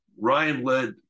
Ryan-led